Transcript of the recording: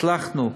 הצלחנו.